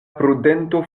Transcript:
prudento